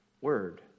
word